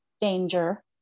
danger